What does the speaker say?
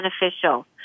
beneficial